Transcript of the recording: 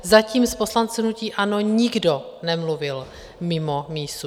Zatím z poslanců hnutí ANO nikdo nemluvil mimo mísu.